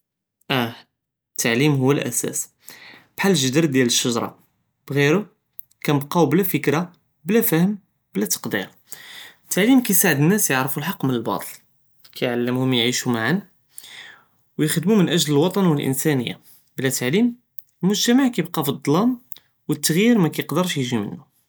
איה, התאעלים הוא אלאסאס, כחאל אלג'דר דיאל אלשג'רה, בגדירו קנבקו בלא פקרה, בלא פהם, בלא ת'דיר, התאעלים קיסעד אלנאס יערפו אלחק מן אלבטל, קיעלםהם יעישו מעא, ויכדמו מן אאג'ל אלוطن ו אלאנסאניה, בלא תאעלים אלמוג'תמע קיבקה פי אד'דם, ו אלת'ייר מא יקדרש יג'י ממנו.